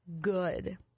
good